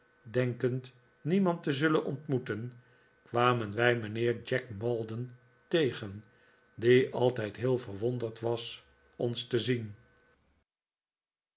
denkend niemand te zullen ontmoeten kwamen wij mijnheer jack maldon tegen die altijd heel verwonderd was ons te zien